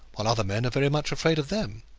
while other men are very much afraid of them.